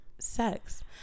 Sex